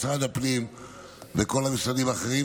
משרד הפנים וכל המשרדים האחרים,